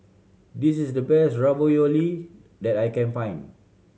this is the best Ravioli that I can find